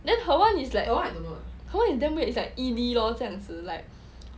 then her [one] is like her [one] is damn weird is like E D lor 这样子 like